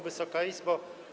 Wysoka Izbo!